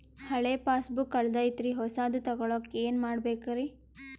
ಹಳೆ ಪಾಸ್ಬುಕ್ ಕಲ್ದೈತ್ರಿ ಹೊಸದ ತಗೊಳಕ್ ಏನ್ ಮಾಡ್ಬೇಕರಿ?